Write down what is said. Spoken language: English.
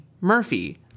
Murphy